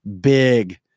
big